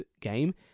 game